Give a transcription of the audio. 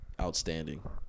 outstanding